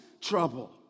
trouble